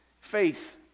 Faith